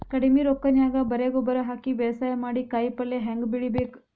ಕಡಿಮಿ ರೊಕ್ಕನ್ಯಾಗ ಬರೇ ಗೊಬ್ಬರ ಹಾಕಿ ಬೇಸಾಯ ಮಾಡಿ, ಕಾಯಿಪಲ್ಯ ಹ್ಯಾಂಗ್ ಬೆಳಿಬೇಕ್?